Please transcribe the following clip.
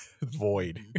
void